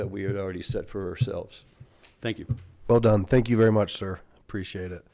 that we had already set for ourselves thank you well done thank you very much sir appreciate it